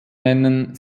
nennen